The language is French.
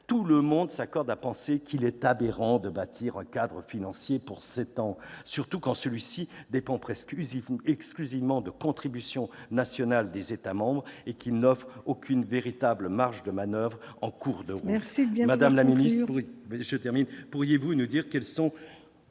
tout le monde s'accorde à penser qu'il est aberrant de bâtir un cadre financier pour sept ans, surtout quand celui-ci dépend presque exclusivement des contributions nationales des États membres et n'offre aucune véritable marge de manoeuvre en cours de route. Veuillez conclure,